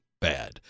bad